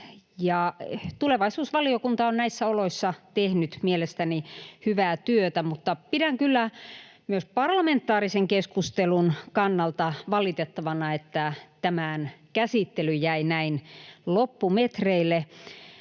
Tulevaisuusvaliokunta on näissä oloissa tehnyt mielestäni hyvää työtä, mutta pidän kyllä myös parlamentaarisen keskustelun kannalta valitettavana, että tämän käsittely jäi näin loppumetreille.